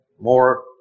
more